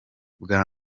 bwa